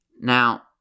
Now